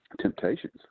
temptations